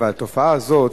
אבל התופעה הזאת,